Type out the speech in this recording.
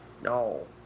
No